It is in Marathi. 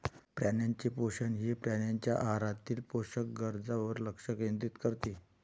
प्राण्यांचे पोषण हे प्राण्यांच्या आहारातील पोषक गरजांवर लक्ष केंद्रित करते